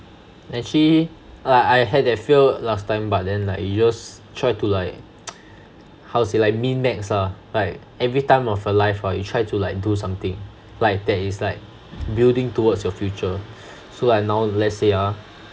actually like I had that fear last time but then like you just try to like how to say like mean max lah like every time of the life you try to do something like that is like building towards your future so like now let's say ah